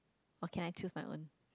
okay lah I choose my own